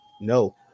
No